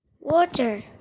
Water